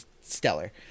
stellar